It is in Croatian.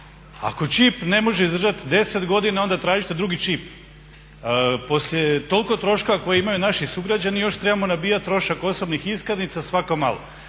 Ako čip ne može izdržati 10 godina onda tražite drugi čip. Poslije toliko troškova koje imaju naši sugrađani još trebamo nabijati trošak osobnih iskaznica svako malo.